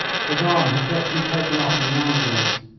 his arm had just been taken off in the ambulance.